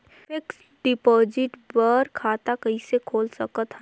Fixed deposit बर खाता कइसे खोल सकत हन?